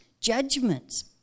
judgments